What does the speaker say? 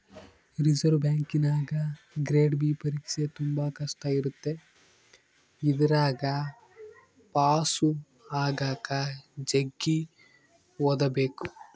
reserve ಬ್ಯಾಂಕಿನಗ grade B ಪರೀಕ್ಷೆ ತುಂಬಾ ಕಷ್ಟ ಇರುತ್ತೆ ಇದರಗ ಪಾಸು ಆಗಕ ಜಗ್ಗಿ ಓದಬೇಕು